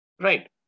right